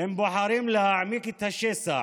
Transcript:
הם בוחרים להעמיק את השסע